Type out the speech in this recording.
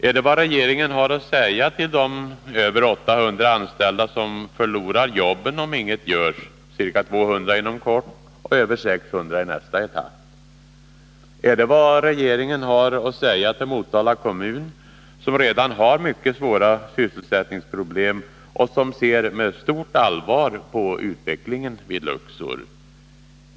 Är det vad regeringen har att säga till de över 800 anställda som förlorar jobben om ingenting görs — ca 200 inom kort och över 600 i en senare etapp? Är det vad regeringen har att säga till Motala kommun, som redan har mycket svåra sysselsättningsproblem och som ser med stort allvar på utvecklingen vid Luxor?